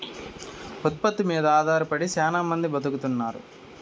ఉత్పత్తి మీద ఆధారపడి శ్యానా మంది బతుకుతున్నారు